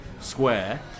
square